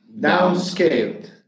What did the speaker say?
Downscaled